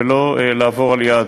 ולא לעבור על-יד,